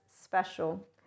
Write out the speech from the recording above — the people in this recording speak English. special